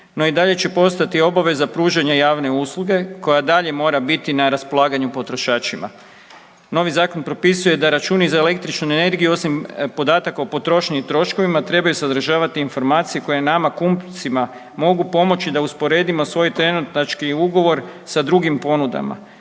no i dalje će postojati obveza pružanja javne usluge koja dalje mora biti na raspolaganju potrošačima. Novi zakon propisuje da računi za električnu energiju, osim podataka o potrošnji i troškovima, trebaju sadržavati informacije koje nama kupcima mogu pomoći da usporedimo svoj trenutački ugovor sa drugim ponudama,